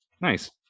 nice